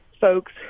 folks